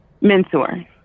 Mentor